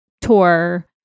tour